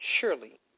Surely